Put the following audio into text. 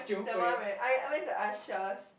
the one right I I went to ushers